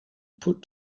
put